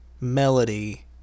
melody